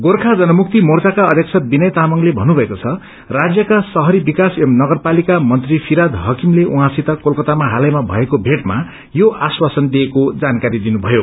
गोर्खा जनमुक्ति मोर्चाका अध्यक्ष विनय तामंगले भन्नुभएको छ राज्यका शहरी विकास एवं नगरपालिका मंत्री फिराद हाकिमले उहाँसित कोलकातामा हलैमा भएको भेटामा यो आश्वासन दिएको जानकारी दिनुथयो